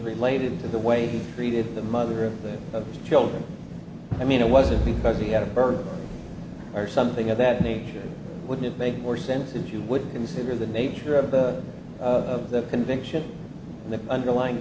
related to the way he treated the mother of their children i mean it wasn't because he had a burden or something of that nature wouldn't it make more sense if you would consider the nature of the conviction and the underlying